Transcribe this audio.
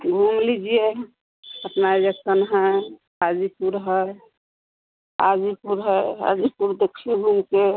घूम लीजिए सतना जक्सन है आजीपुर है हाजीपुर है हाजीपुर देखिए घूमकर